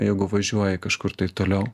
jeigu važiuoji kažkur tai toliau